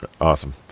Awesome